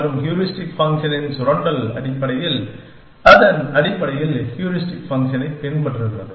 மற்றும் ஹூரிஸ்டிக் ஃபங்க்ஷனின் சுரண்டல் அடிப்படையில் அது அடிப்படையில் ஹூரிஸ்டிக் ஃபங்க்ஷனைப் பின்பற்றுகிறது